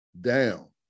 down